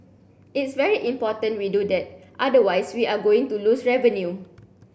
it's very important we do that otherwise we are going to lose revenue